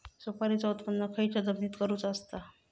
सुपारीचा उत्त्पन खयच्या जमिनीत करूचा असता?